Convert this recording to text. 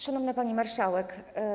Szanowna Pani Marszałek!